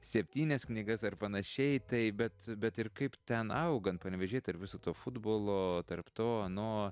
septynias knygas ar panašiai tai bet bet ir kaip ten augant panevėžy tarp viso to futbolo tarp to ano